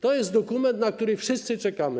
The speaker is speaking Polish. To jest dokument, na który wszyscy czekamy.